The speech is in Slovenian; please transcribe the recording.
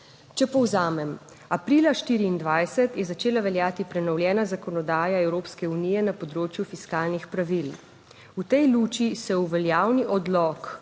Če povzamem, aprila 2024 je začela veljati prenovljena zakonodaja Evropske unije na področju fiskalnih pravil. V tej luči se v veljavni odlok